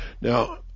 Now